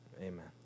Amen